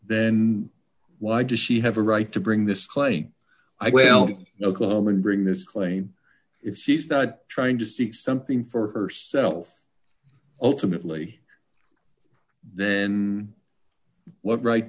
then why does she have a right to bring this claim i don't know clomid bring this claim if she's not trying to see something for herself ultimately then what right